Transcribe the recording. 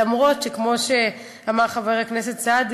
למרות שכמו שאמר חבר הכנסת סעדי,